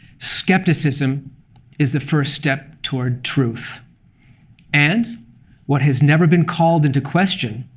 skepticism is the first step toward truth and what has never been called into question